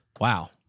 wow